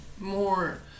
more